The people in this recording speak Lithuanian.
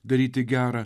daryti gera